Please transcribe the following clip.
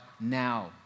now